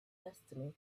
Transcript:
destiny